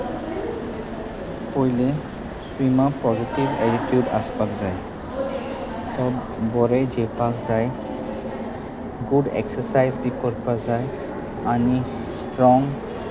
पयलीं स्विमा positive attitude आसपाक जाय तो बरें जेवपाक जाय गूड एक्ससायज बी करपाक जाय आनी स्ट्रोंग